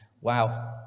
Wow